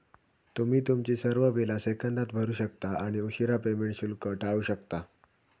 तुम्ही तुमची सर्व बिला सेकंदात भरू शकता आणि उशीरा पेमेंट शुल्क टाळू शकता